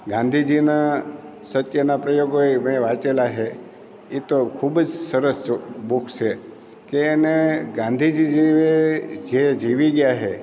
ગાંધીજીના સત્યના પ્રયોગો એ મેં વાંચેલા છે એ તો ખૂબ જ સરસ બુક છે કે એને ગાંધીજી જીવે જે જીવી ગયા છે